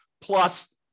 plus